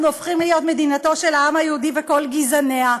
אנחנו הופכים להיות מדינתו של העם היהודי וכל גזעניה,